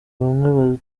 bamwe